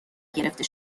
گرفته